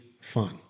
fun